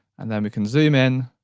and then we can zoom in